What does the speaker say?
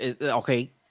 Okay